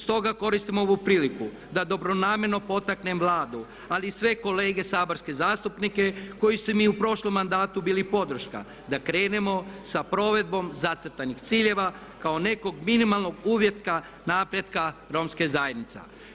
Stoga koristim ovu priliku da dobronamjerno potaknem Vladu ali i sve kolege saborske zastupnike koji su mi i u prošlom mandatu bili podrška da krenemo sa provedbom zacrtanih ciljeva kao nekog minimalnog uvjeta napretka Romske zajednice.